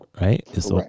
right